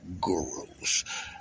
gurus